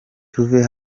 tuve